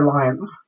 alliance